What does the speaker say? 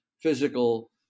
physical